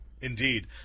Indeed